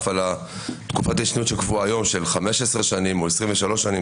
על תקופת ההתיישנות שקבועה היום של 15 שנים או 23 שנים,